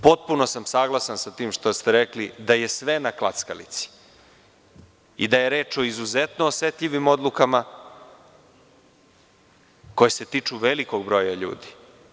Potpuno sam saglasan sa tim što ste rekli da je sve na klackalici i da je reč o izuzetno osetljivim odlukama koje se tiču velikog broja ljudi.